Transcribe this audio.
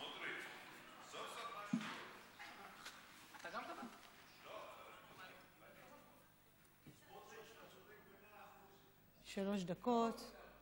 שלוש דקות.